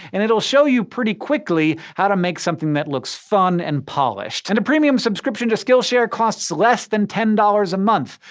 and it'll show you pretty quickly how to make something that looks fun and polished. and a premium subscription to skillshare costs less than ten dollars a month.